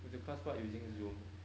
the class part using zoom